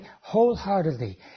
wholeheartedly